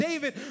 David